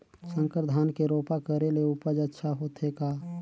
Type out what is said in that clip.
संकर धान के रोपा करे ले उपज अच्छा होथे का?